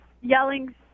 yelling